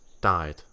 died